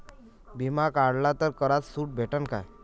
बिमा काढला तर करात सूट भेटन काय?